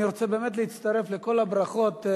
אני רוצה באמת להצטרף לכל הברכות,